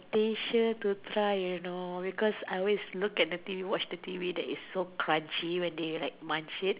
temptation to try you now because I always look at the T_V always watch the T_V like so crunchy when they like munch it